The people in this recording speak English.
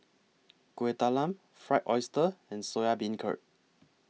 Kuih Talam Fried Oyster and Soya Beancurd